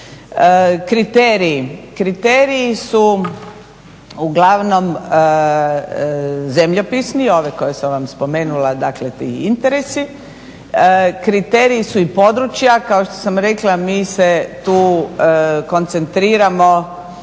pomoć. Kriteriji su uglavnom zemljopisni, ovi koje sam vam spomenula, dakle ti interesi, kriteriji su i područja, kao što sam rekla mi se tu koncentriramo,